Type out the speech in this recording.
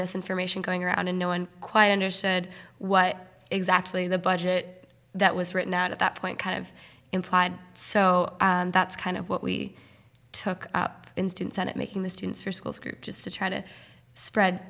misinformation going around and no one quite understood what exactly the budget that was written out at that point kind of implied so that's kind of what we took instance at making the students for schools group just to try to spread